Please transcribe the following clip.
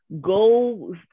Go